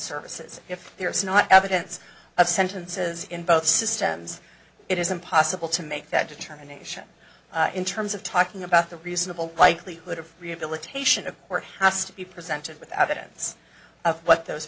services if there is not evidence of sentences in both systems it is impossible to make that determination in terms of talking about the reasonable likelihood of rehabilitation of warehouse to be presented with evidence of what those